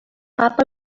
papa